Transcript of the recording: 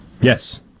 Yes